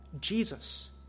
Jesus